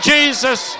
Jesus